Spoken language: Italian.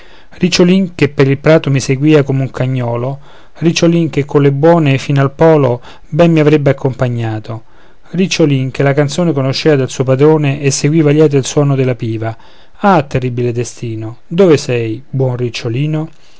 ricciolin che per il prato mi seguìa come un cagnòlo ricciolin che colle buone fin al polo ben mi avrebbe accompagnato ricciolin che la canzone conoscea del suo padrone e seguiva lieto il suono della piva ah terribile destino dove sei buon ricciolino